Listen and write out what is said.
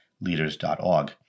leaders.org